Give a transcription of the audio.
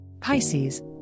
Pisces